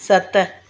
सत